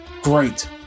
Great